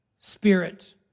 spirit